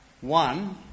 One